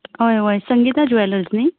हय हय संगीता ज्वॅलज न्हय